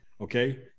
Okay